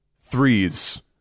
threes